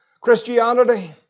Christianity